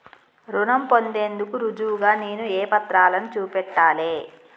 రుణం పొందేందుకు రుజువుగా నేను ఏ పత్రాలను చూపెట్టాలె?